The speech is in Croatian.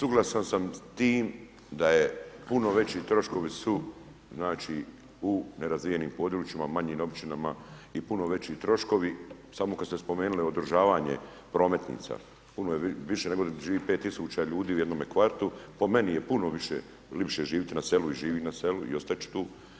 Suglasan sam s tim da je puno veći troškovi su znači u nerazvijenim područjima, manjim općinama i puno veći troškovi, samo kad ste spomenuli održavanje prometnica, puno je više nego di živi 5.000 ljudi u jednome kvartu, po meni je puno više, lipše živit na selu i živin na selu i ostat ću tu.